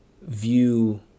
view